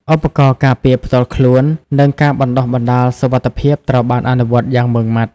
ឧបករណ៍ការពារផ្ទាល់ខ្លួន និងការបណ្តុះបណ្តាលសុវត្ថិភាពត្រូវបានអនុវត្តយ៉ាងម៉ឺងម៉ាត់។